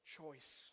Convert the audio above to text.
choice